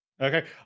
Okay